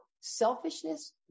selfishness